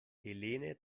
helene